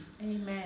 amen